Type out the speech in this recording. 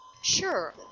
Sure